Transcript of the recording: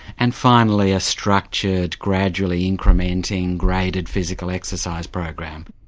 and finally a structured, gradually incrementing graded physical exercise program.